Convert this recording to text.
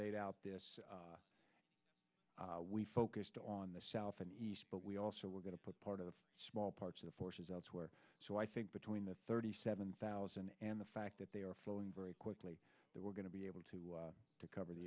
laid out this we focused on the south and east but we also we're going to put part of small parts of the forces elsewhere so i think between the thirty seven thousand and the fact that they are flowing very quickly that we're going to be able to cover the